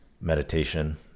meditation